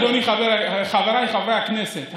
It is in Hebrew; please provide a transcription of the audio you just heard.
חבריי חברי הכנסת,